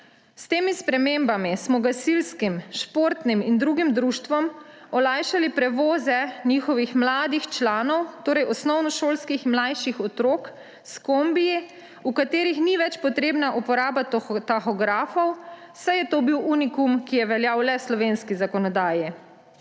S temi spremembami smo gasilskim, športnim in drugim društvom olajšali prevoze njihovih mladih članov, torej osnovnošolskih mlajših otrok, s kombiji, v katerih ni več potrebna uporaba tahografov, saj je to bil unikum, ki je veljal le v slovenski zakonodaji.